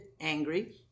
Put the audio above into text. angry